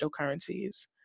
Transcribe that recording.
cryptocurrencies